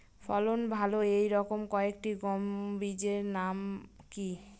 ফলন ভালো এই রকম কয়েকটি গম বীজের নাম কি?